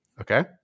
Okay